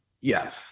Yes